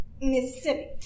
Mississippi